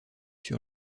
sur